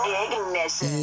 ignition